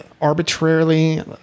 arbitrarily